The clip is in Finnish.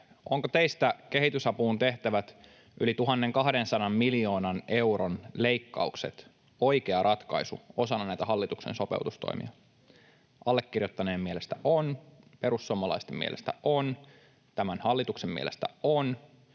ovatko teistä kehitysapuun tehtävät yli 1 200 miljoonan euron leikkaukset oikea ratkaisu osana näitä hallituksen sopeutustoimia? Allekirjoittaneen mielestä ovat, perussuomalaisten mielestä ovat, tämän hallituksen mielestä ovat.